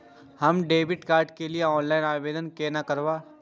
हम debit card के लिए ऑनलाइन आवेदन केना करब?